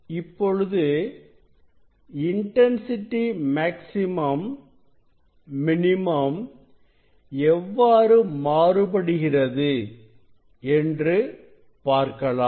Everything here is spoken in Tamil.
இப்பொழுது இன்டன்சிட்டி மேக்ஸிமம் மினிமம் எவ்வாறு மாறுபடுகிறது என்று பார்க்கலாம்